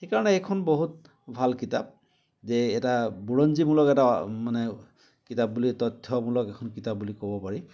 সেইকাৰণে এইখন বহুত ভাল কিতাপ যে এটা বুৰঞ্জীমূলক এটা মানে কিতাপ বুলি তথ্যমূলক এখন কিতাপ বুলি ক'ব পাৰি